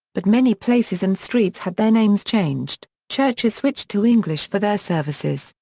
but many places and streets had their names changed, churches switched to english for their services,